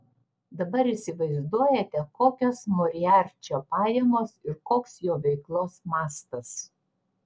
dabar įsivaizduojate kokios moriarčio pajamos ir koks jo veiklos mastas